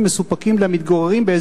חוק איסור הפליה במוצרים,